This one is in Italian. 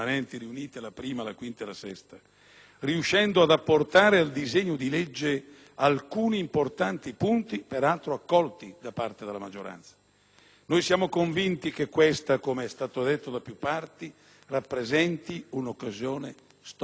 riuscendo ad apportare al disegno di legge alcuni importanti punti, peraltro accolti da parte della maggioranza. Siamo convinti che questa, com'è stato detto da più parti, rappresenti un'occasione storica per la modernizzazione del Paese.